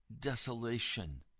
desolation